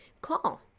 call